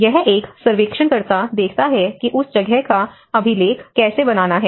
यह एक सर्वेक्षणकर्ता देखता है कि उस जगह का अभिलेख कैसे बनाना है